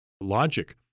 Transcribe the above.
logic